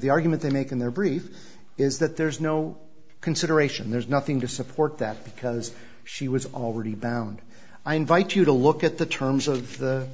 the argument they make in their brief is that there's no consideration there's nothing to support that because she was already bound i invite you to look at the terms of the